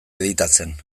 editatzen